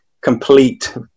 complete